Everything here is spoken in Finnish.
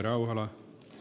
kannatan